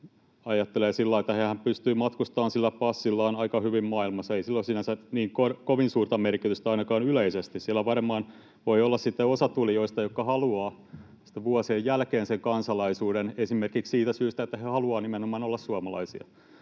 lailla, että hehän pystyvät matkustamaan sillä passillaan aika hyvin maailmassa. Ei sillä ole sinänsä niin kovin suurta merkitystä ainakaan yleisesti. Siellä varmaan voi olla sitten osa tulijoita, jotka haluavat sitten vuosien jälkeen sen kansalaisuuden esimerkiksi siitä syystä, että he haluavat nimenomaan olla suomalaisia,